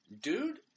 Dude